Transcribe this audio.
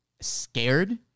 scared